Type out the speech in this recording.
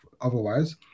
otherwise